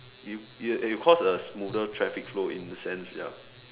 it it'll cause a smoother traffic flow in a sense ya